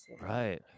right